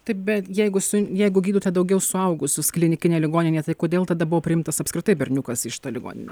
taip bet jeigu su jeigu gydote daugiau suaugusius klinikinėje ligoninėje tai kodėl tada buvo priimtas apskritai berniukas į šitą ligoninę